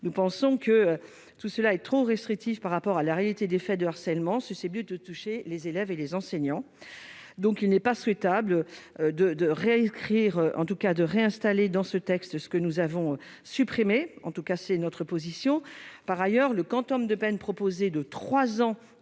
nous pensons que tout cela est trop restrictive par rapport à la réalité des faits de harcèlement ce c'est bien de toucher les élèves et les enseignants, donc il n'est pas souhaitable de de réécrire en tout cas de réinstaller dans ce texte, ce que nous avons supprimé en tout cas c'est notre position, par ailleurs, le quantum de peine proposée de 3 ans